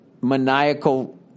maniacal